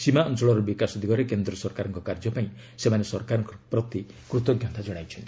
ସୀମା ଅଞ୍ଚଳର ବିକାଶ ଦିଗରେ କେନ୍ଦ୍ର ସରକାରଙ୍କ କାର୍ଯ୍ୟ ପାଇଁ ସେମାନେ ସରକାରଙ୍କ ପ୍ରତି କୃତଜ୍ଞତା ଜଣାଇଛନ୍ତି